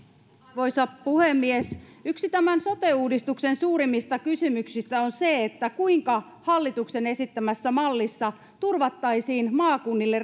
arvoisa puhemies yksi tämän sote uudistuksen suurimmista kysymyksistä on se kuinka hallituksen esittämässä mallissa turvattaisiin maakunnille